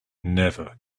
never